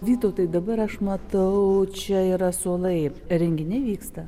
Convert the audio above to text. vytautai dabar aš matau čia yra suolai renginiai vyksta